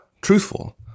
truthful